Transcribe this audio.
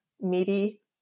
meaty